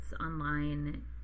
online